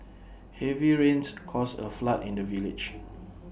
heavy rains caused A flood in the village